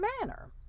manner